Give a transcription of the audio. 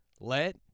Let